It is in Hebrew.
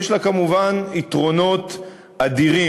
יש לה כמובן יתרונות אדירים.